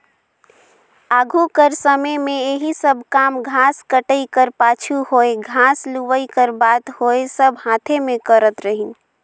आघु कर समे में एही सब काम घांस कटई कर पाछू होए घांस लुवई कर बात होए सब हांथे में करत रहिन